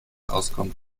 auskommt